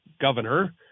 governor